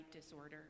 Disorder